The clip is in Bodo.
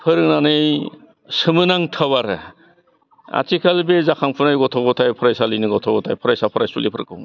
फोरोंनानै सोमोनांथाव आरो आथिखाल बे जाखांफुनाय गथ' गथाय फरासालिनि गथ' गथाय फरायसा फरायसुलिफोरखौ